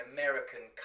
American